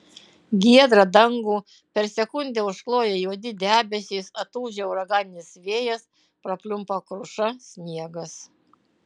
giedrą dangų per sekundę užkloja juodi debesys atūžia uraganinis vėjas prapliumpa kruša sniegas